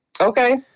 Okay